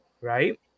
right